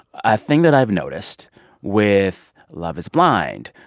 a thing that i've noticed with love is blind,